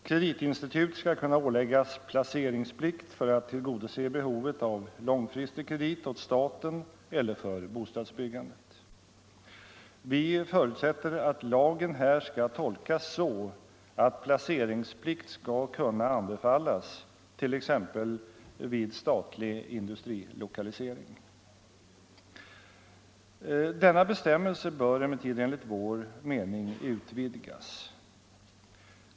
Kreditinstitutet skall kunna åläggas placeringsplikt för att tillgodose behovet av långfristig kredit åt staten eller för bostadsbyggandet. Vi förutsätter att lagen här skall tolkas så, att placeringsplikt skall kunna anbefallas t.ex. vid statlig industrilokalisering. Denna bestämmelse bör emellertid enligt vår mening utvidgas.